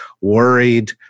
worried